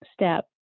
step